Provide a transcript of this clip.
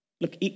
Look